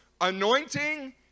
anointing